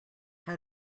how